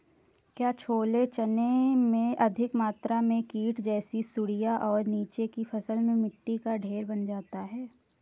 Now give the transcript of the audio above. क्या छोले चने में अधिक मात्रा में कीट जैसी सुड़ियां और नीचे की फसल में मिट्टी का ढेर बन जाता है?